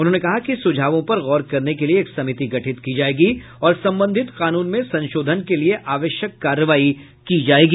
उन्होंने कहा कि सुझावों पर गौर करने के लिए एक समिति गठित की जायेगी और संबंधित कानून में संशोधन के लिए आवश्यक कार्रवाई की जायेगी